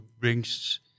brings